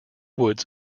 woods